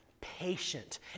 patient